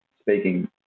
speaking